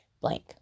blank